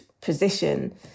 position